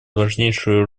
важнейшую